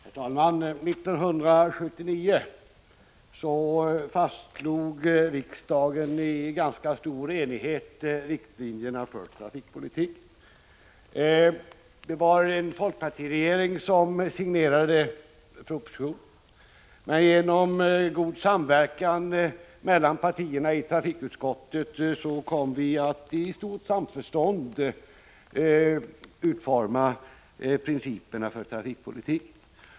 Herr talman! 1979 fastslog riksdagen i ganska stor enighet riktlinjerna för trafikpolitiken. Det var en folkpartiregering som signerade propositionen, men genom god samverkan mellan partierna i trafikutskottet kom vi att i stort samförstånd utforma principerna för trafikpolitiken.